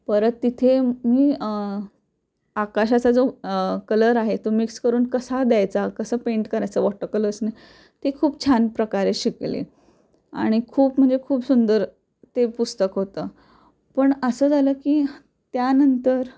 परत तिथे मी आकाशाचा जो कलर आहे तो मिक्स करून कसा द्यायचा कसं पेंट करायचं वॉटर कलर्सने ते खूप छान प्रकारे शिकले आणि खूप म्हणजे खूप सुंदर ते पुस्तक होतं पण असं झालं की त्यानंतर